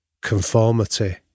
conformity